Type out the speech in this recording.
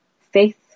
faith